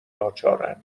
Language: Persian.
ناچارا